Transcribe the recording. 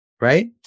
Right